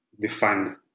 defined